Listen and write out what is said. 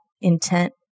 intent